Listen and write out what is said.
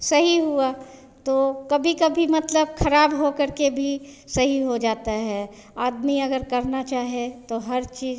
सही हुआ तो कभी कभी मतलब ख़राब हो करके भी सही हो जाता है आदमी अगर करना चाहे तो हर चीज़